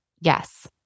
yes